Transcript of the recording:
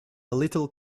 little